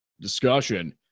discussion